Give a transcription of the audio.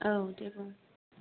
औ दे बुं